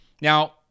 Now